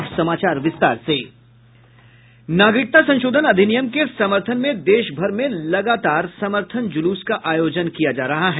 नागरिकता संशोधन अधिनियम के समर्थन में देश भर में लगातार समर्थन ज़लूस का आयोजन किया जा रहा है